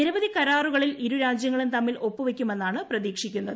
നിരവധി കരാറുകളിൽ ഇരു രാജ്യങ്ങളും തമ്മിൽ ഒപ്പുവയ്ക്കുമെന്നാണ് പ്രതീക്ഷിക്കുന്നത്